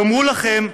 יאמרו לכם: